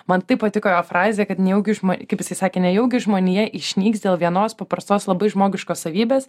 man taip patiko jo frazė kad nejaugi žma kaip jisai sakė nejaugi žmonija išnyks dėl vienos paprastos labai žmogiškos savybės